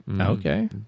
okay